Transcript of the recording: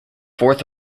fourth